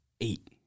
eight